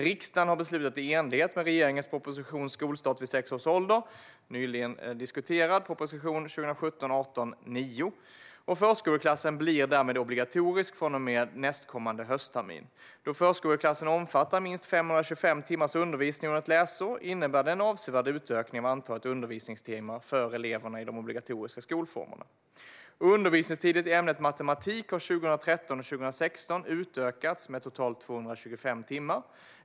Riksdagen har beslutat i enlighet med regeringens proposition Skolstart vid sex års ålder , prop. 2017/18:9, som vi nyligen har diskuterat, och förskoleklassen blir därmed obligatorisk från och med nästkommande hösttermin. Då förskoleklassen omfattar minst 525 timmars undervisning under ett läsår innebär det en avsevärd utökning av antalet undervisningstimmar för elever i de obligatoriska skolformerna. Undervisningstiden i ämnet matematik har under 2013 och 2016 utökats med totalt 225 timmar.